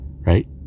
right